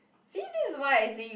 see this is why I say you